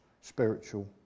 spiritual